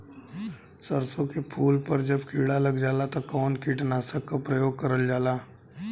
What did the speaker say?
सरसो के फूल पर जब किड़ा लग जाला त कवन कीटनाशक क प्रयोग करल जाला?